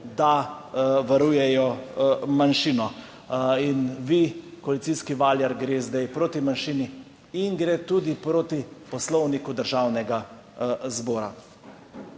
da varujejo manjšino. In vi, Koalicijski valjar, gre zdaj proti manjšini in gre tudi proti poslovniku Državnega zbora.